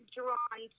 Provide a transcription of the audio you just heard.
drawn